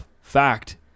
fact